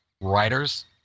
writers